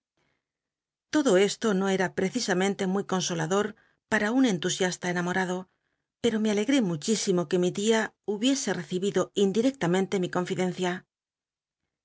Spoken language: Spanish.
todo esto no era precisamente muy consolador pam un entusiasta enamorado pcto me alegré muchísimo que mi tia hubiese l'ccibido indirectamente mi confidencia